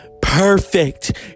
perfect